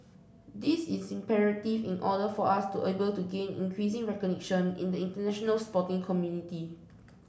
this is imperative in order for us to be able to gain increasing recognition in the international sporting community